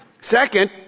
second